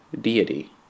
Deity